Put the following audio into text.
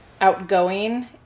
outgoing